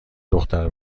دختر